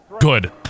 Good